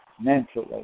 Mentally